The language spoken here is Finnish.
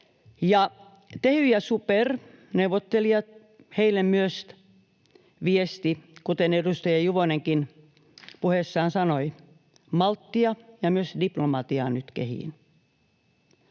Tehylle ja SuPerille, neuvottelijoille, myös viesti: kuten edustaja Juvonenkin puheessaan sanoi, malttia ja myös diplomatiaa nyt kehiin.